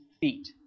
feet